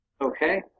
Okay